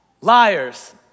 Liars